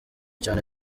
cyane